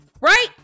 right